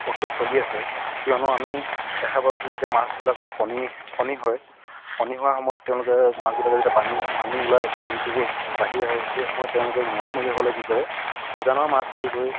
প্ৰক্ৰিয়া চলি আছে কিয়নো আমি দেখা পোৱা গৈছে যেতিয়া মাছবিলাকৰ কণী কণী হয় কণী হোৱাৰ সময়ত তেওঁলোকে মাছবিলাকে যেতিয়া পানী হয় পানী ওলাই পানীটো বাঢ়ি আহে সেই সময়ত তেওঁলোকে মাছমৰীয়াসকলে কি কৰে উজানৰ মাছ বুলি কৈ